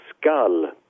skull